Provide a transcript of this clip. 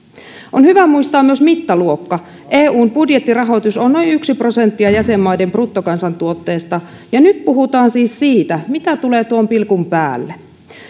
on hyvä muistaa myös mittaluokka eun budjettirahoitus on noin yksi prosentti jäsenmaiden bruttokansantuotteesta ja nyt puhutaan siis siitä mitä tulee tuon pilkun päälle